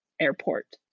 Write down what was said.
airport